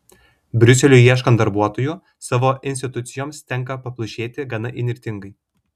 briuseliui ieškant darbuotojų savo institucijoms tenka paplušėti gana įnirtingai